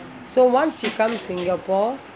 so once you come singapore